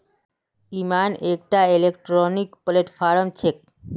इनाम एकटा electronic platform छेक